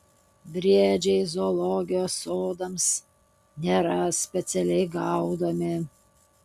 briedžiai zoologijos sodams nėra specialiai gaudomi